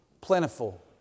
plentiful